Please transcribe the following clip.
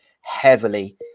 heavily